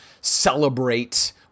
celebrate